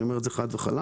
אני אומר את זה חד וחלק.